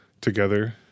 together